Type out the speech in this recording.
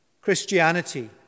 Christianity